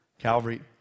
Calvary